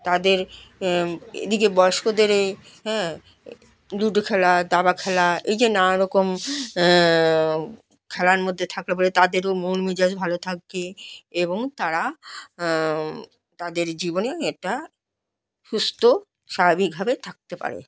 তাদের এদিকে বয়স্কদের হ্যাঁ লুডো খেলা দাবা খেলা এই যে নানারকম খেলার মধ্যে থাকলে পর তাদেরও মন মেজাজ ভালো থাকে এবং তারা তাদের জীবনে এটা সুস্থ স্বাভাবিকভাবে থাকতে পারে